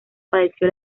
padeció